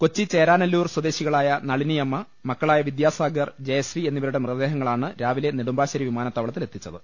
കൊച്ചി ചേരാനെല്ലൂർ സ്വദേശികളായ നളിനി അമ്മ മക്കളായ വിദ്യാസാഗർ ജയശ്രീ എന്നിവരുടെ മൃതദേഹങ്ങളാണ് രാവിലെ നെടുമ്പാശ്ശേരി വിമാനത്താവളത്തിലെത്തിച്ചത്